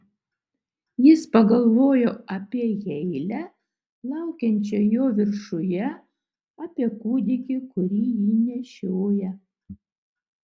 jis pagalvojo apie heilę laukiančią jo viršuje apie kūdikį kurį ji nešioja